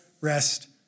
rest